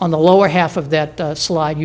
on the lower half of that slide